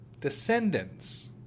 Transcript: Descendants